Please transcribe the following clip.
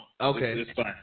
Okay